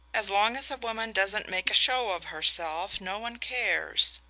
as long as a woman doesn't make a show of herself no one cares.